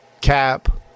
cap